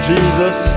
Jesus